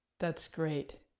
that's great,